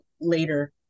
later